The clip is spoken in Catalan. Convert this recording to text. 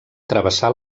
travessar